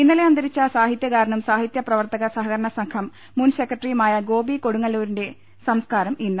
ഇന്നലെ അന്തരിച്ചു സാഹിത്യകാരനും സാഹിത്യ പ്രവർത്തക സഹകരണ സംഘം മുൻ സെക്രട്ടറിയുമായ ഗോപി കൊടുങ്ങല്ലൂ രിന്റെ സംസ്കാരം ഇന്ന്